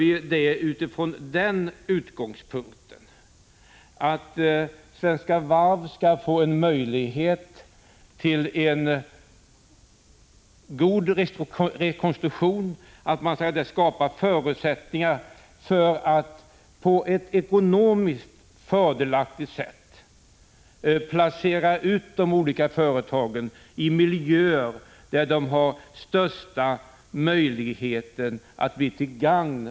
Vi utgår nämligen från att man när det gäller Svenska Varv därmed får en möjlighet att göra en god rekonstruktion, att man på det sättet skapar förutsättningar för att på ett ekonomiskt fördelaktigt sätt placera ut de olika företagen i miljöer där de har de största möjligheterna att bli till gagn för svenskt — Prot.